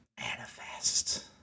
manifest